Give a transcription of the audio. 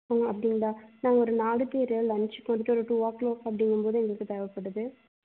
ஆ அப்படிங்களா நாங்கள் ஒரு நாலு பேர் லன்ச் வந்துவிட்டு ஒரு டூ ஓ க்ளாக் அப்படிங்கும்போது எங்களுக்கு தேவைப்படுது